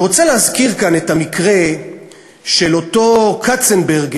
אני רוצה להזכיר כאן את המקרה של אותו כצנברגר,